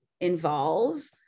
involve